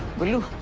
what do you